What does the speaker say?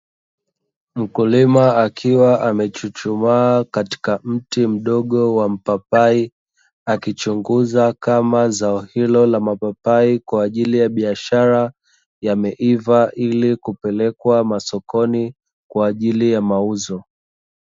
Mkulima akiwa amechuchumaa katika mti mdogo wa mpapai, akichunguza kama Zao hilo la mapapai kwaajili ya biashara yameiva ili kupelekwa masokoni kwaajili ya mauzo.